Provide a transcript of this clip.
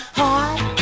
heart